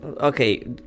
okay